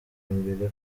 imbere